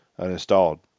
uninstalled